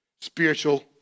spiritual